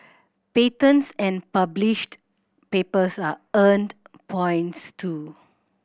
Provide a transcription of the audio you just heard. patents and published papers are earned points too